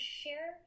share